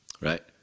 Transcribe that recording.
right